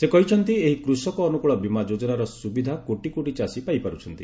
ସେ କହିଛନ୍ତି ଏହି କୃଷକ ଅନୁକୁଳ ବୀମା ଯୋଜନାର ସୁବିଧା କୋଟି କୋଟି ଚାଷୀ ପାଇପାରୁଛନ୍ତି